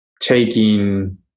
taking